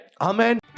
Amen